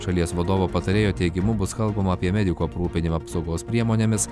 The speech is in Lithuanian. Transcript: šalies vadovo patarėjo teigimu bus kalbama apie medikų aprūpinimą apsaugos priemonėmis